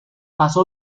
pasó